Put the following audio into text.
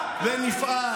כמה?